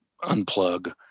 unplug